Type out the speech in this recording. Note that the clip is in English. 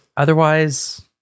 Otherwise